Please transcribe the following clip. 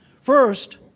First